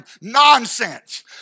nonsense